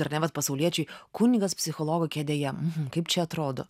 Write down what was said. ar ne vat pasauliečiai kunigas psichologo kėdėje kaip čia atrodo